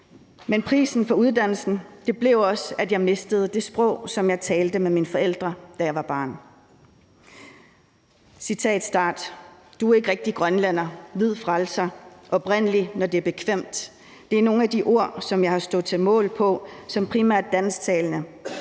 men prisen for uddannelsen blev også, at jeg mistede det sprog, som jeg talte med mine forældre, da jeg var barn. Folk har sagt: Du er ikke rigtig grønlænder, hvid frelser, oprindelig, når det er bekvemt. Det er nogle af de ord, som jeg har lagt øre til som primært dansktalende,